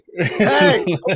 hey